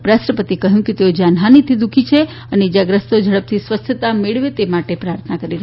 ઉપરાષ્ટ્રપતિએ કહ્યું કે તેઓ જાનહાનીથી દુખી છે અને ઈજાગ્રસ્તો ઝડપથી સ્વસ્થતા મેળવે તે માટે પ્રાર્થના કરે છે